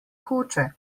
hoče